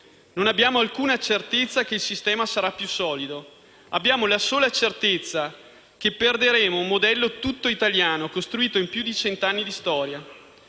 non abbiamo alcuna certezza che il sistema sarà più solido. Abbiamo la sola certezza che perderemo un modello tutto italiano, costruito in più di cento anni di storia.